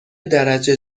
درجه